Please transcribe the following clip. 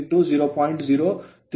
033 80 ಆಗಿದೆ